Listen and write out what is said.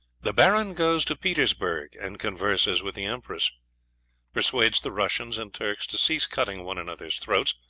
the baron goes to petersburgh, and converses with the empress persuades the russians and turks to cease cutting one another's throats,